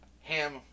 Ham